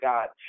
God